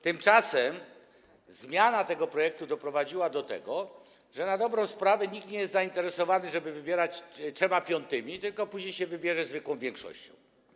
Tymczasem zmiana tego projektu doprowadziła do tego, że na dobrą sprawę nikt nie jest zainteresowany, żeby wybierać tymi 3/5, tylko później się wybiera zwykłą większością.